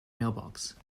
mailbox